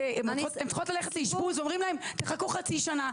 כשהן צריכות ללכת לאשפוז אומרים להן "תחכו חצי שנה,